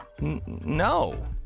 no